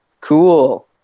cool